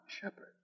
shepherd